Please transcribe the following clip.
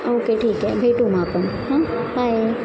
okay ठीक आहे भेटू मग आपण हां बाय